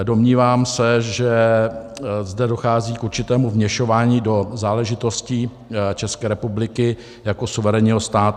Domnívám se, že zde dochází k určitému vměšování do záležitostí České republiky jako suverénního státu.